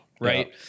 right